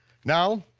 now,